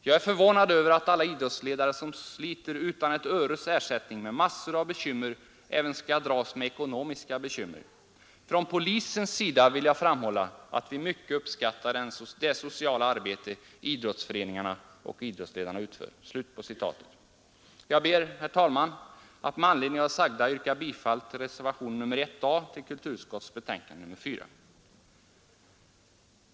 Jag är förvånad över att alla idrottsledare som sliter utan ett öres ersättning men massor av bekymmer även skall dras med ekonomiska bekymmer. Från polisens sida vill jag framhålla att vi mycket uppskattar det sociala arbete idrottsföreningarna och idrottsledarna utför.” Jag ber, herr talman, att med anledning av det sagda få yrka bifall till reservationen 1 a vid kulturutskottets betänkande nr 4.